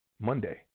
Monday